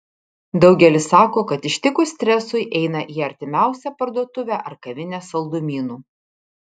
daugelis sako kad ištikus stresui eina į artimiausią parduotuvę ar kavinę saldumynų